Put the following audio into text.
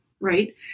right